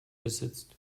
besitzt